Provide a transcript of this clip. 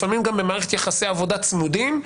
לפעמים גם במערכת יחסי עבודה צמודים,